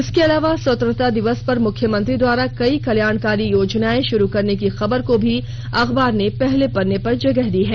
इसके अलावा स्वतंत्रता दिवस पर मुख्यमंत्री द्वारा कई कल्याणकारी योजनाएं शुरू करने की खबर को भी पहले पन्ने पर जगह दी है